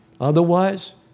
Otherwise